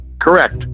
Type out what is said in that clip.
Correct